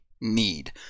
need